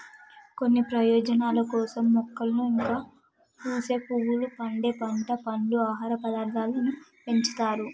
కొన్ని ప్రయోజనాల కోసం మొక్కలు ఇంకా పూసే పువ్వులు, పండే పంట, పండ్లు, ఆహార పదార్థాలను పెంచుతారు